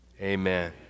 amen